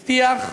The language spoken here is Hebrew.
הבטיח,